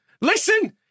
listen